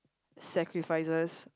sacrifices